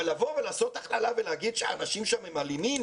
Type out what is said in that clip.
אבל לבוא ולעשות הכללה ולהגיד שהאנשים שם הם אלימים?